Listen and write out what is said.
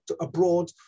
abroad